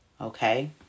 Okay